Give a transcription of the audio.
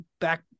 back